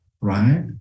right